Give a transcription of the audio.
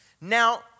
Now